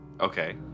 Okay